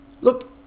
Look